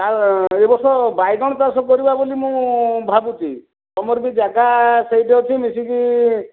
ଆର୍ ଏଇ ବର୍ଷ ବାଇଗଣ ଚାଷ କରିବା ବୋଲି ମୁଁ ଭାବୁଛି ତୁମର ବି ଜାଗା ସେଇଠି ଅଛି ମିଶିକି